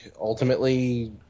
ultimately